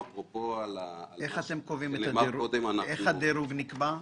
איך הדירוג נקבע?